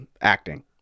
acting